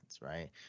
right